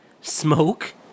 Smoke